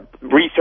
research